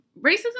Racism